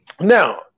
now